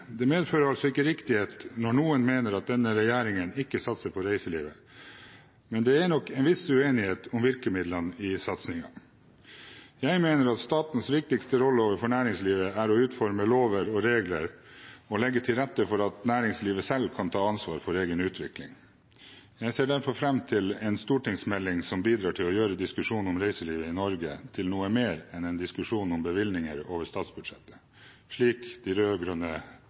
Det medfører altså ikke riktighet når noen mener at denne regjeringen ikke satser på reiselivet, men det er nok en viss uenighet om virkemidlene i satsingen. Jeg mener at statens viktigste rolle overfor næringslivet er å utforme lover og regler og legge til rette for at næringslivet selv kan ta ansvar for egen utvikling. Jeg ser derfor fram til en stortingsmelding som bidrar til å gjøre diskusjonen om reiselivet i Norge til noe mer enn en diskusjon om bevilgninger over statsbudsjettet, slik de